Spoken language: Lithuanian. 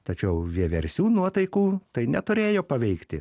tačiau vieversių nuotaikų tai neturėjo paveikti